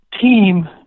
team